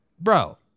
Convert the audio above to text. bro